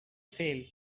sale